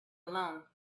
alone